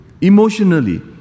emotionally